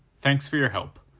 thanks for your help.